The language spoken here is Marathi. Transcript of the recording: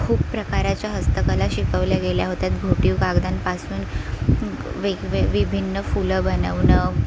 खूप प्रकाराच्या हस्तकला शिकवल्या गेल्या होत्या घोटीव कागदांपासून वेगवे विभिन्न फुलं बनवणं